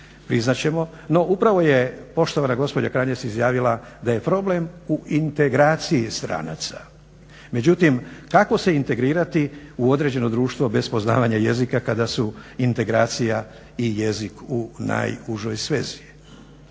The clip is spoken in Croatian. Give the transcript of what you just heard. priznat ćemo, no upravo je poštovana gospođa Kranjec izjavila da je problem u integraciji stranaca. Međutim, kako se integrirati u određeno društvo bez poznavanja jezika kada su integracija i jezik u najužoj svezi.